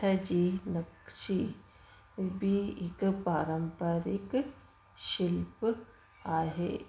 पथर जी नक़्शी बि हिकु पारम्परिकु शिल्प आहे